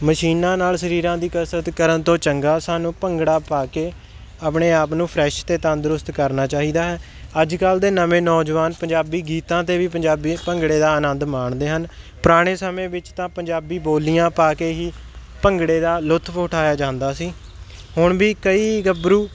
ਮਸ਼ੀਨਾਂ ਨਾਲ ਸਰੀਰਾਂ ਦੀ ਕਸਰਤ ਕਰਨ ਤੋਂ ਚੰਗਾ ਸਾਨੂੰ ਭੰਗੜਾ ਪਾ ਕੇ ਆਪਣੇ ਆਪ ਨੂੰ ਫਰੈਸ਼ ਅਤੇ ਤੰਦਰੁਸਤ ਕਰਨਾ ਚਾਹੀਦਾ ਹੈ ਅੱਜ ਕੱਲ੍ਹ ਦੇ ਨਵੇਂ ਨੌਜਵਾਨ ਪੰਜਾਬੀ ਗੀਤਾਂ 'ਤੇ ਵੀ ਪੰਜਾਬੀ ਭੰਗੜੇ ਦਾ ਆਨੰਦ ਮਾਣਦੇ ਹਨ ਪੁਰਾਣੇ ਸਮੇਂ ਵਿੱਚ ਤਾਂ ਪੰਜਾਬੀ ਬੋਲੀਆਂ ਪਾ ਕੇ ਹੀ ਭੰਗੜੇ ਦਾ ਲੁਤਫ ਉਠਾਇਆ ਜਾਂਦਾ ਸੀ ਹੁਣ ਵੀ ਕਈ ਗੱਭਰੂ